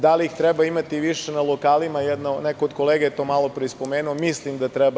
Da li ih treba imati više na lokalima, neko od kolega je to malo pre spomenuo, mislim da treba.